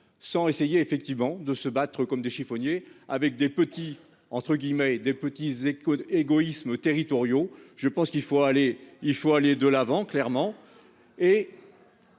sans essayer effectivement de se battre comme des chiffonniers, avec des petits entre guillemets et des petits échos d'égoïsmes territoriaux. Je pense qu'il faut aller il faut aller de l'avant, clairement